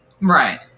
Right